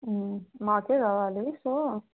మాకే కావాలి సో